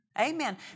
Amen